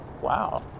wow